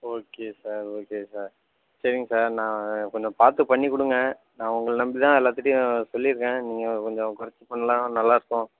okay sir okay sir சரிங் sir நான் கொஞ்சம் பார்த்து பண்ணிகொடுங்க நான் உங்கள நம்பி தான் எல்லார்த்துட்டியும் சொல்லிருக்கேன் நீங்கள் கொஞ்சம் குறச்சு பண்ணால் நல்லாருக்கும்